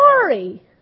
sorry